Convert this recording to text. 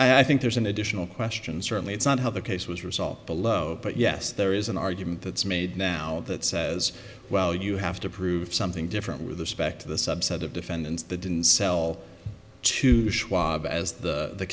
two i think there's an additional question certainly it's not how the case was resolved below but yes there is an argument that's made now that says well you have to prove something different with respect to the subset of defendants the didn't sell to schwab as the